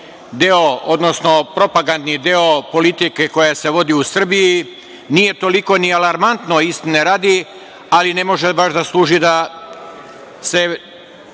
deo, odnosno propagandni deo politike koja se vodi u Srbiji. Nije toliko ni alarmantno, istine radi, ali ne može baš da služi da se